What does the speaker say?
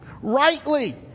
Rightly